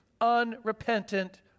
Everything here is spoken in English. unrepentant